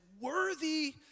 worthy